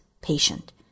patient